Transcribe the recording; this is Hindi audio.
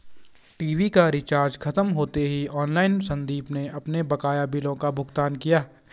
टीवी का रिचार्ज खत्म होते ही ऑनलाइन संदीप ने अपने बकाया बिलों का भुगतान किया